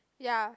ya